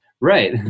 right